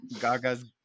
gaga's